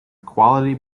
quality